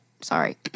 sorry